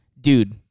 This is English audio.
Dude